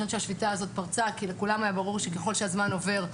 שהשביתה הזאת פרצה כי לכולם היה ברור שככל שהזמן עובר,